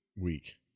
week